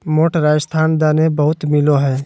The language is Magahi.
मोठ राजस्थान दने बहुत मिलो हय